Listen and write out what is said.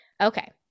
Okay